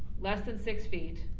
less than six feet,